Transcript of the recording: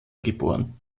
geboren